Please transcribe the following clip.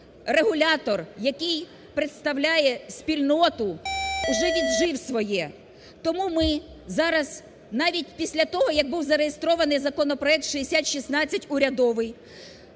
регулятор, який представляє спільноту, вже віджив своє. Тому ми, зараз навіть після того як був зареєстрований законопроект (6016) урядовий,